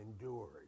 endured